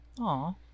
Aw